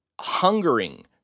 hungering